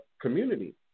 community